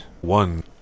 one